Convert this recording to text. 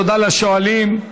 תודה לשואלים.